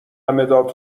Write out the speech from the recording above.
مداد